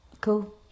Cool